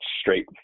straight